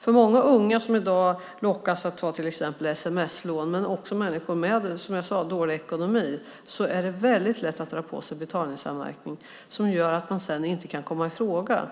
För många unga som i dag lockas att ta till exempel sms-lån men också för människor med dålig ekonomi är det lätt att dra på sig en betalningsanmärkning som gör att man sedan inte kan komma i fråga.